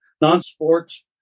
Non-sports